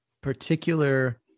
particular